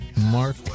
Mark